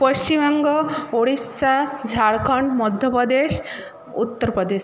Paschimbanga Odisha Jharkhand Madhya Pradesh Uttar Pradesh